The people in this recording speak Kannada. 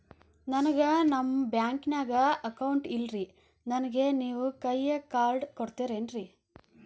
ನನ್ಗ ನಮ್ ಬ್ಯಾಂಕಿನ್ಯಾಗ ಅಕೌಂಟ್ ಇಲ್ರಿ, ನನ್ಗೆ ನೇವ್ ಕೈಯ ಕಾರ್ಡ್ ಕೊಡ್ತಿರೇನ್ರಿ?